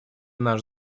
наш